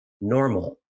normal